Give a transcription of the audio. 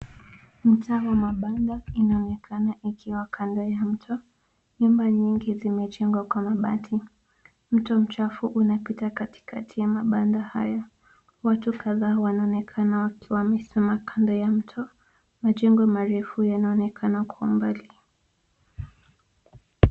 Mtaa wa mabanda inaonekana ikiwa kandoya mto. Nyumba nyingi zimejengwa kwa mabati. Mto mchafu unapita katikati ya mabanda haya. Watu kadhaa wanaonekana wakiwa wamesimama kando ya mto. Majengo marefu yanaonekana kwa mbali.